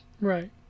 Right